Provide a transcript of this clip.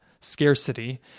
scarcity